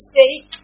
State